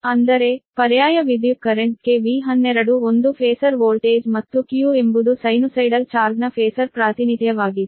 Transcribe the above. ಅಂದರೆ ಪರ್ಯಾಯ ವಿದ್ಯುತ್ ಕರೆಂಟ್ಗೆ V12 ಒಂದು ಫಾಸರ್ ವೋಲ್ಟೇಜ್ ಮತ್ತು q ಎಂಬುದು ಸೈನುಸೈಡಲ್ ಚಾರ್ಜ್ನ ಫಾಸರ್ ಪ್ರಾತಿನಿಧ್ಯವಾಗಿದೆ